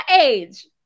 age